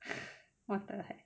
what the heck